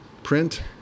print